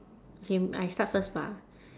okay m~ I start first bah